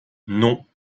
non